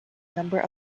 number